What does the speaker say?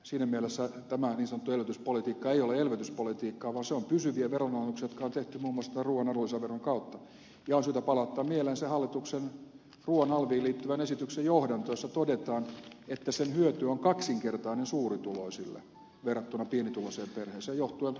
siinä mielessä tämä niin sanottu elvytyspolitiikka ei ole elvytyspolitiikkaa vaan se on pysyviä veronalennuksia jotka on tehty muun muassa ruuan arvonlisäveron kautta ja on syytä palauttaa mieleen se ruuan alviin liittyvän hallituksen esityksen johdanto jossa todetaan että sen hyöty on kaksinkertainen suurituloisille verrattuna pienituloiseen perheeseen johtuen kulutusrakenteesta